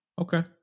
okay